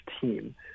team